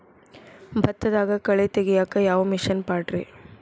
ಭತ್ತದಾಗ ಕಳೆ ತೆಗಿಯಾಕ ಯಾವ ಮಿಷನ್ ಪಾಡ್ರೇ?